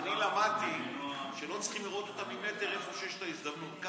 אני למדתי שלא צריכים לראות אותם ממטר איפה שיש את ההזדמנות.